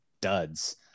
duds